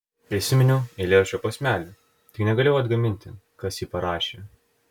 prisiminiau eilėraščio posmelį tik negalėjau atgaminti kas jį parašė